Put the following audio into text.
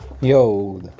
Yo